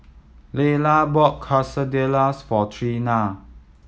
Lyla bought Quesadillas for Trena